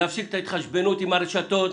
להפסיק את ההתחשבנות עם הרשתות,